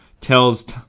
tells